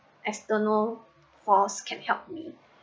external force can help me